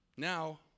Now